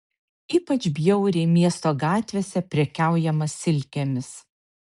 ypač bjauriai miesto gatvėse prekiaujama silkėmis